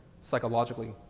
psychologically